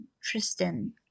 Tristan